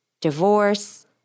divorce